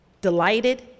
delighted